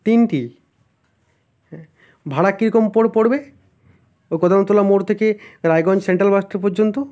তিনটি হ্যাঁ ভাড়া কীরকম পড়বে ও কদমতলা মোড় থেকে রায়গঞ্জ সেন্ট্রাল বাস স্টপ পর্যন্ত